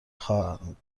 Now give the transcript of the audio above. خواهند